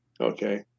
Okay